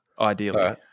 ideally